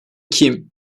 kim